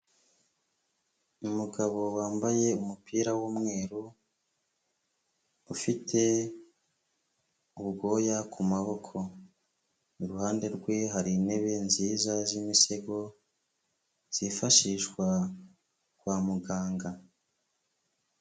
Umugabo wambaye umupira w'umweru ufite ubwoya ku maboko, iruhande rwe hari intebe nziza z'imisego zifashishwa kwa muganga.